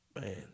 Man